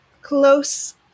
close